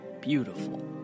beautiful